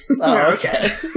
okay